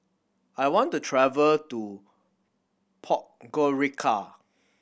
I want to travel to Podgorica